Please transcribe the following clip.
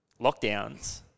lockdowns